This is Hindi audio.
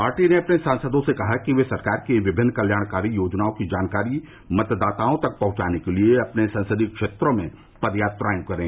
पार्टी ने अपने सांसदों से कहा है कि वे सरकार की विमिन्न कल्याणकारी योजनाओं की जानकारी मतदाताओं तक पहुंचाने के लिए अपने संसदीय क्षेत्रों में पदयात्राएं करें